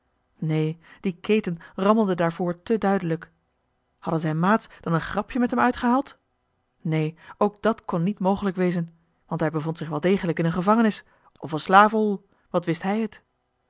neen die keten rammelde daarvoor te duidelijk hadden zijn maats dan een grapje met hem uitgehaald neen ook dat kon niet mogelijk wezen want hij bevond zich wel degelijk in een gevangenis of een slavenhol wat wist hij het